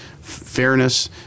fairness